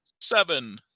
Seven